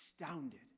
astounded